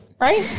Right